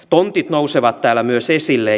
tontit nousevat täällä myös esille